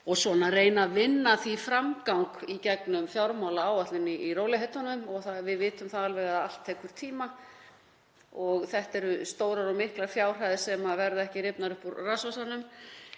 og reyna að vinna þessu framgang í gegnum fjármálaáætlun í rólegheitunum. Við vitum það alveg að allt tekur tíma og þetta eru stórar og miklar fjárhæðir sem ekki verða rifnar upp úr rassvasanum.